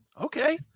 okay